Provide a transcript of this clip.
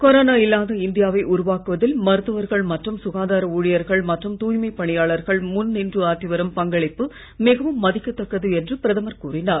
corona இல்லாத இந்தியாவை உருவாக்குவதில் மருத்துவர்கள் மற்றும் சுகாதார ஊழியர்கள் மற்றும் தூய்மைப் பணியாளர்கள் முன் நின்று ஆற்றி வரும் பங்களிப்பு மிகவும் மதிக்கத் தக்கது என்று பிரதமர் கூறினார்